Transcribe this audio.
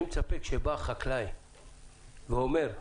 שכאשר בא חקלאי ואומר: